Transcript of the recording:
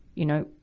you know,